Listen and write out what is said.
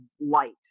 light